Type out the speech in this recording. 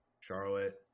Charlotte